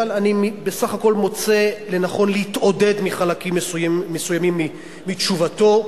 אבל אני בסך הכול מוצא לנכון להתעודד מחלקים מסוימים מתשובתו,